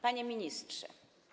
Panie Ministrze!